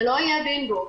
זה לא יהיה בינגו,